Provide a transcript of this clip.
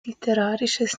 literarisches